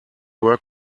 work